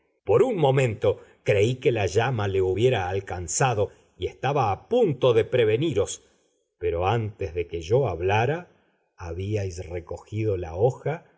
por un momento creí que la llama le hubiera alcanzado y estaba a punto de preveniros pero antes de que yo hablara habíais recogido la hoja